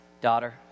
daughter